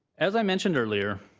as i mentioned earlier,